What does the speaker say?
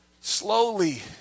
slowly